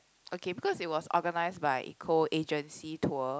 okay because it was organised by eco agency tour